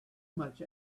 much